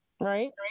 Right